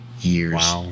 years